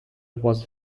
was